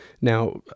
Now